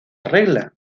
regla